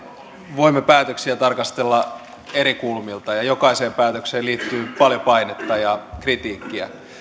voimme päätöksiä tarkastella eri kulmilta ja jokaiseen päätökseen liittyy paljon painetta ja kritiikkiä